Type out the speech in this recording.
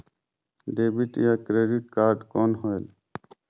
Debit या credit card कौन होएल?